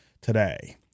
today